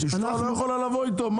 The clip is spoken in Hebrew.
אשתו לא יכולה לבוא איתו?